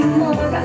more